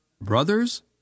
Brothers